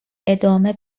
ادامه